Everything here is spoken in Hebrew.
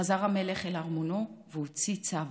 חזר המלך אל ארמונו והוציא צו: